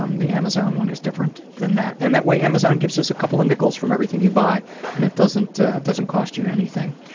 um the amazon one is different than that. and that way amazon gives us a couple of nickels from everything you buy and it doesn't doesn't cost you anything.